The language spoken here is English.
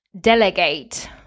delegate